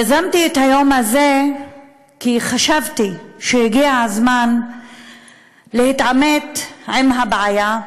יזמתי את היום הזה כי חשבתי שהגיע הזמן להתעמת עם הבעיה,